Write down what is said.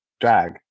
drag